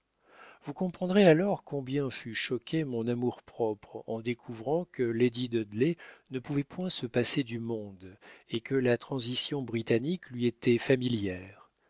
vous comprendrez alors combien fut choqué mon amour-propre en découvrant que lady dudley ne pouvait point se passer du monde et que la transition britannique lui était familière